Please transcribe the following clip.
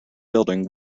building